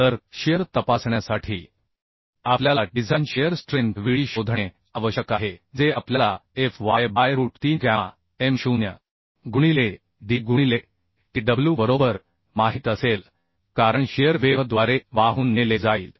तर शिअर तपासण्यासाठी आपल्याला डिझाइन शिअर स्ट्रेंथ VD शोधणे आवश्यक आहे जे आपल्याला Fy by root 3 gamma M0 गुणिले D गुणिले Tw बरोबर माहित असेल कारण शिअर वेव्ह द्वारे वाहून नेले जाईल